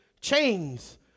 Chains